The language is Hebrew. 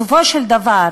בסופו של דבר,